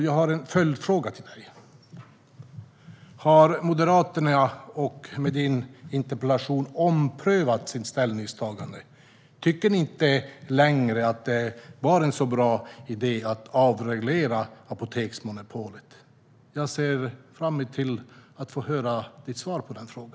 Jag har en följdfråga till dig, Ann-Britt Åsebol: Har Moderaterna i och med din interpellation omprövat sitt ställningstagande? Tycker ni inte längre att det var en bra idé att avreglera apoteksmonopolet? Jag ser fram emot att höra ditt svar på detta.